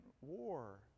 war